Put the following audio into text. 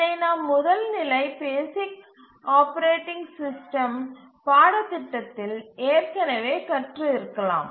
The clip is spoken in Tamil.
இதை நாம் முதல் நிலை பேசிக் ஆப்பரேட்டிங் சிஸ்டம் பாடத்திட்டத்தில் ஏற்கனவே கற்று இருக்கலாம்